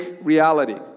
reality